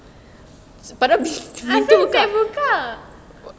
asal zac buka